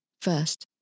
first